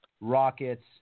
Rockets